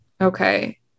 okay